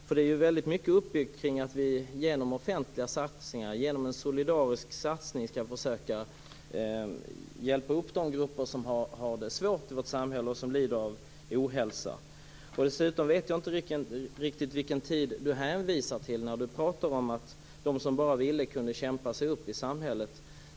Detta är ju väldigt mycket uppbyggt kring att vi genom offentliga, solidariska satsningar skall försöka hjälpa upp de grupper som har det svårt i vårt samhälle och som lider av ohälsa. Dessutom vet jag inte riktigt vilken tid han hänvisar till när han pratar om att de som bara ville kunde kämpa sig upp i samhället.